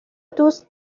دوست